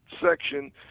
section